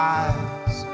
eyes